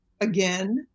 again